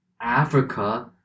Africa